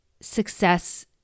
success